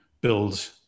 build